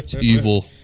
Evil